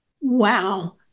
Wow